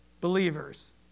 Believers